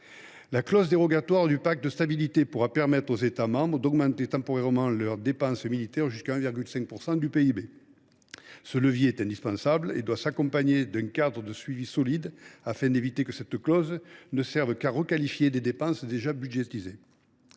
La clause dérogatoire du pacte de stabilité permettra aux États membres d’augmenter temporairement leurs dépenses militaires jusqu’à 1,5 % du PIB. Si ce levier est indispensable, sa mise en œuvre doit s’inscrire dans le cadre d’un suivi solide, afin d’éviter que cette clause ne serve qu’à requalifier des dépenses déjà budgétisées.